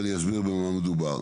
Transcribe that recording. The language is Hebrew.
ואני אסביר במה מדובר.